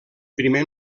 primer